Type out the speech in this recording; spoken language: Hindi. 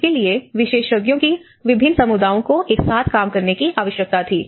इसके लिए विशेषज्ञों की विभिन्न समुदाओं को एक साथ काम करने की आवश्यकता थी